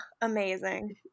amazing